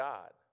God